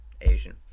Asian